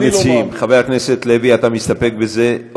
המציעים, חבר הכנסת לוי, אתה